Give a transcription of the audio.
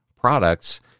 products